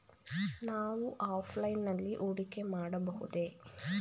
ನಾವು ಆಫ್ಲೈನ್ ನಲ್ಲಿ ಹೂಡಿಕೆ ಮಾಡಬಹುದೇ?